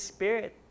Spirit